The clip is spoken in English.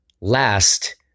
last